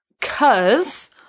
cause